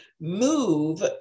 move